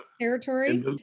territory